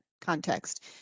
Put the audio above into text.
context